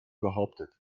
behauptet